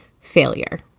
failure